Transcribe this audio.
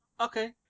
Okay